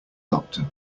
doctor